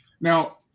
Now